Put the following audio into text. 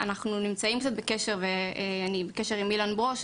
אנחנו נמצאים בקשר עם אילן ברוש.